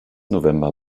november